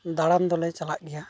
ᱫᱟᱬᱟᱱ ᱫᱚᱞᱮ ᱪᱟᱞᱟᱜ ᱜᱮᱭᱟ